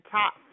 top